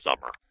summer